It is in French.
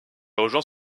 rejoint